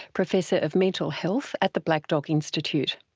professor of mental health at the black dog institute.